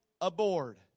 aboard